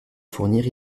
fournir